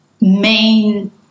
main